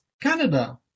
Canada